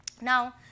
Now